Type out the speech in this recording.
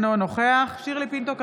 אינו נוכח שירלי פינטו קדוש,